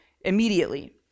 immediately